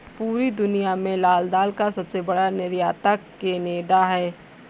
पूरी दुनिया में लाल दाल का सबसे बड़ा निर्यातक केनेडा है